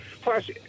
plus